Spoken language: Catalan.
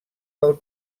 del